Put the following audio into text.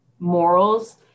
morals